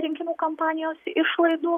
rinkimų kampanijos išlaidų